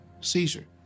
seizure